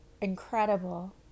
incredible